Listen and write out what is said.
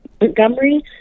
Montgomery